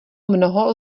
mnoho